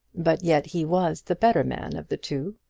but yet he was the better man of the two.